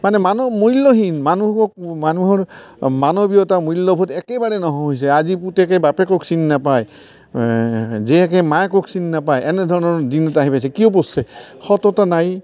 মানে মানুহ মূল্যহীন মানুহৰ মানৱীয়তা মূল্যবোধ একেবাৰে নোহোৱা হৈছে আজি পুতেকে বাপেকক চিনি নেপায় জীয়েকে মাকক চিনি নেপায় এনেধৰণৰ দিন আহি পাইছে কি পাইছে সততা নাই